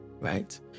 right